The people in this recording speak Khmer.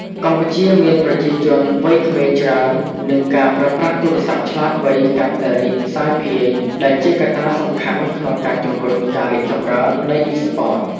កម្ពុជាមានប្រជាជនវ័យក្មេងច្រើន និងការប្រើប្រាស់ទូរស័ព្ទឆ្លាតវៃកាន់តែរីកសាយភាយ ដែលជាកត្តាសំខាន់ក្នុងការជំរុញការរីកចម្រើននៃ Esports។